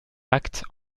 actes